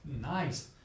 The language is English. nice